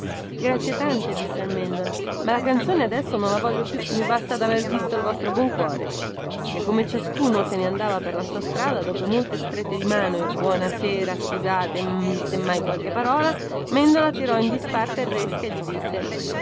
grazie tante disse il mendola ma la canzone adesso non la voglio più mi basta daver visto il vostro buon cuore e come ciascuno se ne andava per la sua strada dopo molte strette di mano e buona sera scusate se mai qualche parola mendola tirò in disparte il resca e gli disse